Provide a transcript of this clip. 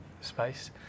space